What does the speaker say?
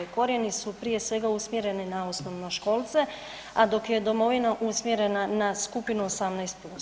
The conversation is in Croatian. Korijeni su prije svega usmjereni na osnovnoškolce a dok je Domovina usmjerena na skupinu 18+